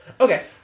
Okay